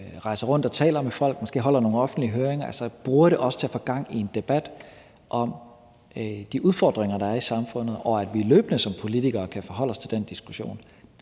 rejser rundt og taler med folk og måske holder nogle offentlige høringer, altså hvor man også bruger det til at få gang i en debat om de udfordringer, der er i samfundet, og hvor vi løbende som politikere kan forholde os til den diskussion.